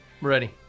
Ready